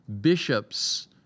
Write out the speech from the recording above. bishops